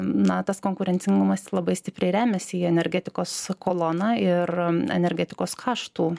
na tas konkurencingumas labai stipriai remiasi į energetikos koloną ir energetikos kaštų